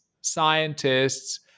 scientists